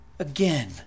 Again